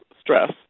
stress